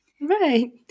Right